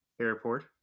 airport